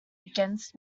against